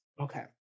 Okay